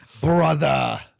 Brother